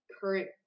current